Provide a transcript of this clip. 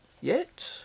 Yet